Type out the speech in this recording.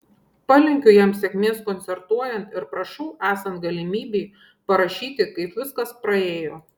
palinkiu jam sėkmės koncertuojant ir prašau esant galimybei parašyti kaip viskas praėjo